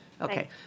Okay